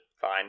Fine